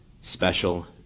special